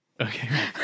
okay